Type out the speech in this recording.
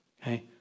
okay